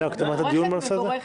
הצעה מבורכת.